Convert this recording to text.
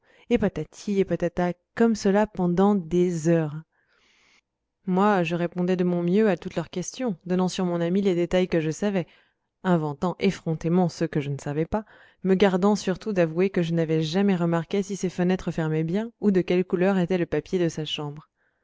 et patati et patata comme cela pendant des heures moi je répondais de mon mieux à toutes leurs questions donnant sur mon ami les détails que je savais inventant effrontément ceux que je ne savais pas me gardant surtout d'avouer que je n'avais jamais remarqué si ses fenêtres fermaient bien ou de quelle couleur était le papier de sa chambre